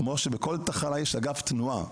כמו שבכל תחנה יש אגף תנועה.